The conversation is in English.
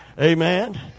Amen